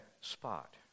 spot